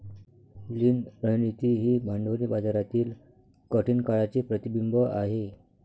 लीन रणनीती ही भांडवली बाजारातील कठीण काळाचे प्रतिबिंब आहे